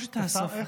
איך?